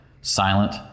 silent